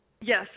Yes